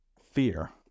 Fear